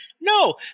No